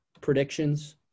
predictions